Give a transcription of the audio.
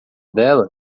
dela